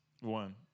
One